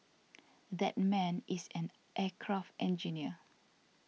that man is an aircraft engineer